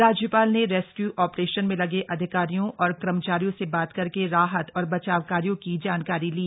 राज्यपाल ने rescue operation में लगे अधिकारियों और कर्मचारियों से बात करके राहत और बचाव कार्यों की जानकारी ली